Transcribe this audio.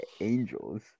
Angels